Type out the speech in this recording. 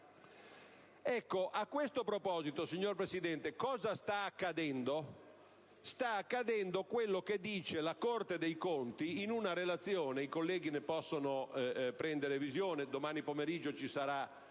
A questo proposito, signor Presidente, cosa sta accadendo? Sta accadendo quello che dice la Corte dei conti in una relazione (i colleghi ne possono prendere visione; domani pomeriggio ci sarà